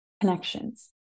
connections